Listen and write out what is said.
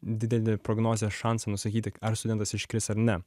didelį prognozės šansą nusakyti ar studentas iškris ar ne